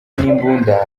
n’imbunda